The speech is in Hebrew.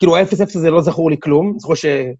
כאילו האפס אפס הזה לא זכור לי כלום, זוכר ש...